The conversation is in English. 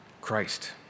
Christ